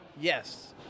Yes